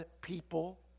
people